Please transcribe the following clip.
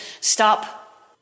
stop